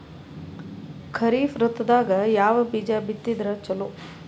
ಖರೀಫ್ ಋತದಾಗ ಯಾವ ಬೀಜ ಬಿತ್ತದರ ಚಲೋ?